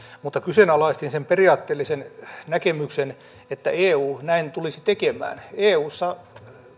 mutta kyseenalaistin sen periaatteellisen näkemyksen että eu näin tulisi tekemään eussa